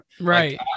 right